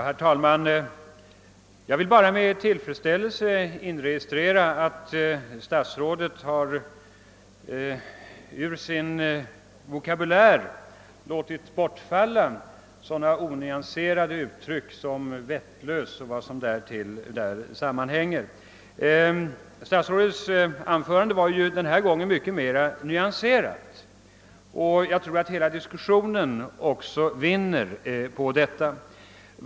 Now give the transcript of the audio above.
Herr talman! Jag vill bara med tillfredsställelse ' registrera att statsrådet Moberg har låtit sådana onyanserade uttryck som vettlös etc. bortfalla ur sin vokabulär. Statsrådets anförande var denna gång mycket mer nyanserat. Jag tror att diskussionen i sin helhet vinner på detta.